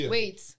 wait